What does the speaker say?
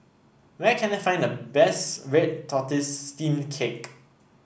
where can I find the best Red Tortoise Steamed Cake